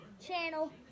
channel